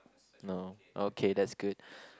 no okay that's good